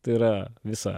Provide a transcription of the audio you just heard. tai yra visa